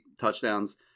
touchdowns